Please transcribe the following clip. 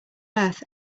earth